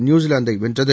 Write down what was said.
நியூசிலாந்தை வென்றது